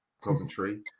Coventry